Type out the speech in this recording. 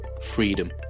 freedom